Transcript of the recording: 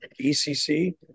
ECC